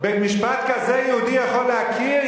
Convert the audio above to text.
בית-משפט כזה יהודי יכול להכיר?